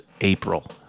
April